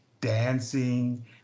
dancing